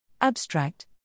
Abstract